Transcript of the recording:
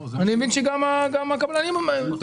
אני מבין שגם הקבלנים מסכימים.